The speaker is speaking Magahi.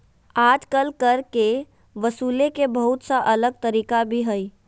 आजकल कर के वसूले के बहुत सा अलग तरीका भी हइ